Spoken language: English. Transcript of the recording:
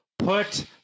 put